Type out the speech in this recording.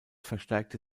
verstärkte